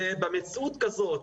ובמציאות כזאת,